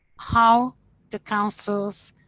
how the councils,